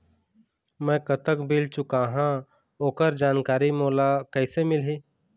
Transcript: मैं कतक बिल चुकाहां ओकर जानकारी मोला कइसे मिलही?